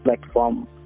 platform